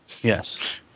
Yes